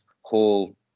whole